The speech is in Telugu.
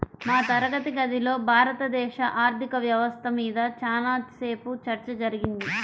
మా తరగతి గదిలో భారతదేశ ఆర్ధిక వ్యవస్థ మీద చానా సేపు చర్చ జరిగింది